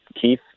Keith